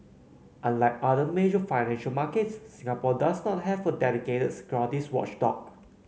unlike other major financial markets Singapore does not have a dedicated securities watchdog